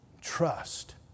trust